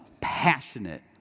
passionate